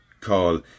call